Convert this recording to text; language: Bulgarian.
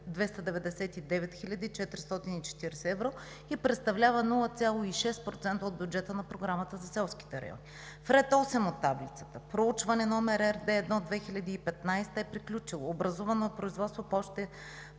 хил. 440 евро и представлява 0,6% от бюджета на Програмата за селските райони. В ред осем от таблицата „Проучване“ № Р 21/2015 е приключило. Образувано е производство пред